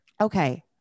Okay